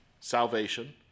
salvation